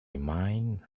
mind